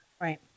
Right